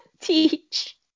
teach